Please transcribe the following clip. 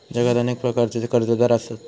जगात अनेक प्रकारचे कर्जदार आसत